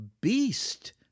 beast